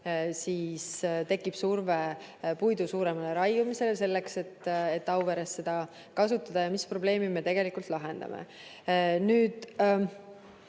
siis tekib surve puidu suuremaks raiumiseks, selleks et Auveres kasutada, ja teiseks, mis probleemi me tegelikult lahendame.